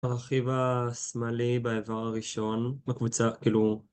ברכיב השמאלי באיבר הראשון בקבוצה כאילו